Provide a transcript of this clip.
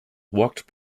walked